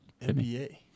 NBA